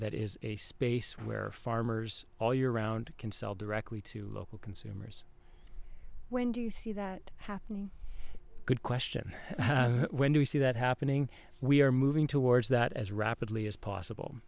that is a space where farmers all year round can sell directly to local consumers when do you see that happening good question when you see that happening we are moving towards that as rapidly as possible